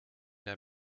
der